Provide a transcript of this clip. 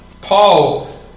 Paul